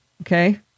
Okay